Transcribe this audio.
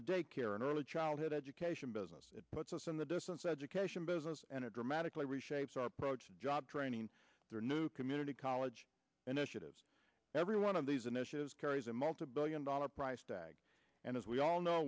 the day care and early childhood education business it puts us in the distance education business and it dramatically reshapes our products job training their new community college initiative every one of these initiatives carries a multibillion dollar price tag and as we all know